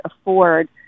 afford